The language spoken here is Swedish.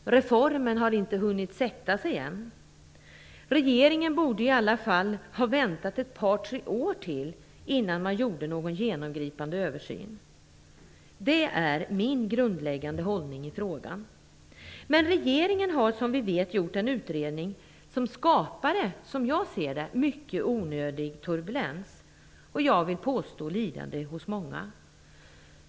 Reformen har inte hunnit sätta sig än. Regeringen borde i alla fall ha väntat ett par tre år till innan man gjorde någon genomgripande översyn - det är min grundläggande hållning i frågan. Men regeringen har som vi vet gjort en utredning, vilken som jag ser det skapade mycket onödig turbulens och, vill jag påstå, lidande hos många.